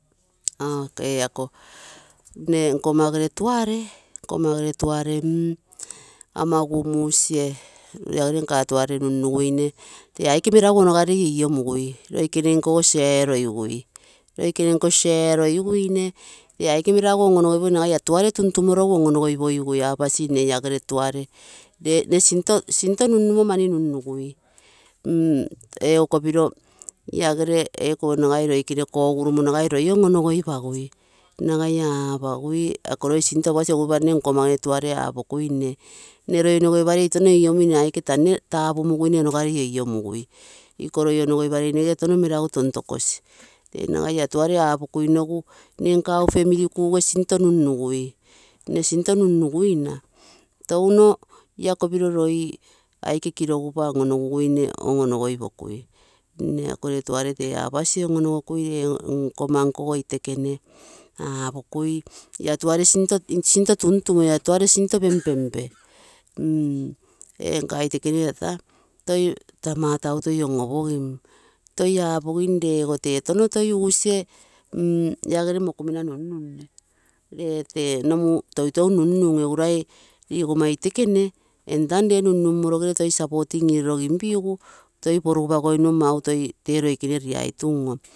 Nne nkomma gere tuare, ama ugusie lagere nkomma tuare nunnuguine tee aike meragu onogarei inimugui, loikene nko ogo share eerogigui, loikene nko share eerogiguine tee aike meragu oononogogigui nagai ia tuare tuntumo rogu on-onogogigui, apasi nne lagere tuare nne sinto nunnumo mani nunnugui. Ego kopiro lagere ee kopiro nagai loikere kogurumo nagai loi on-onogoipagui nagai aapagui ako loi sinto apagasi egu lopa nne nkomma gere tuare apokui nne loi onogoiparei touno iniomui nne aike taa nne tapumuguine onogarei lolomugui iko loi onogoiparei nne touno meragu tontokosi, tee nagai ia tuare apokuinogu nne nkau family kuuge sinto nunngui, nne sinto nunnuguina, touna la kopiro loi aike kirogupa ononoguguine ononogoipokai. Nne akogere tuare tee apasi on-onogoipokui nne nkomma nkogo itekene apokui ia tuare sinto tuntumoi, sinto pempempe. Ee nkomma itekene tata te matau toi onopogim toi apogim lego touno toi ugusie lagere mokumena nunnune, lee tee nomu toutou nunnun egu lai lagomma itekene entano lee nunnum moro tano toi supporting irorogimpigu toi porugupagoinunno mau tee loikene haitam oo.